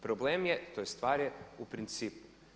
Problem je, tj. stvar je u principu.